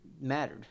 mattered